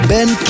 Ben